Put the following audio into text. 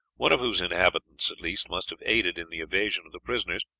one of whose inhabitants, at least, must have aided in the evasion of the prisoners,